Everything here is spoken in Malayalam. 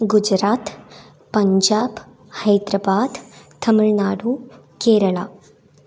ഗുജറാത്ത് പഞ്ചാബ് ഹൈദ്രബാദ് തമിഴ്നാടു കേരള